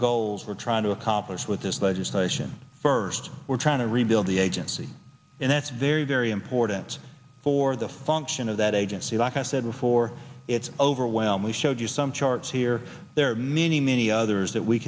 goals we're trying to accomplish with this legislation first we're trying to rebuild the agency and that's very very important for the function of that agency like i said before it's over well we showed you some charts here there are many many others that we